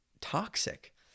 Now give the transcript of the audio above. toxic